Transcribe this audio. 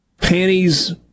panties